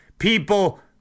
people